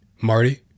Marty